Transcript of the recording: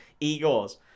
Egos